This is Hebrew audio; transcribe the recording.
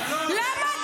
למה?